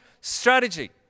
strategy